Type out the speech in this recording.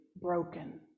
broken